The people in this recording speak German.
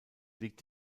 liegt